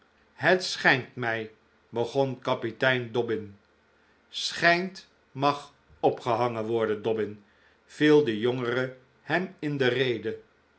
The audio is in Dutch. het schijnt mij begon kapitein dobbin schijnt mag opgehangen worden dobbin viel de jongere hem in de rede